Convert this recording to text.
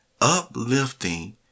uplifting